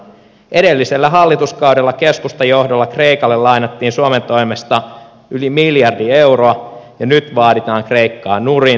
edellisellä hallituskaudella keskustan johdolla kreikalle lainattiin suomen toimesta yli miljardi euroa ja nyt vaaditaan kreikkaa nurin